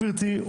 גברתי,